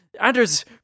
anders